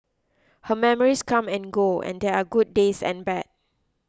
her memories come and go and there are good days and bad